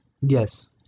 Yes